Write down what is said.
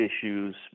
issues